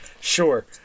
Sure